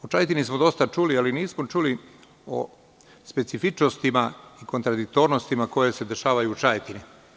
O Čajetini smo dosta čuli, ali nismo čuli o specifičnostima i kontradiktornostima koje se dešavaju u Čajetini.